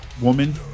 woman